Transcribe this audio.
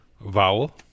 Vowel